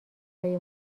لای